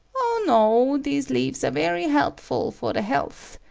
o, no, these leaves are very helpful for the health,